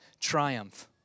triumph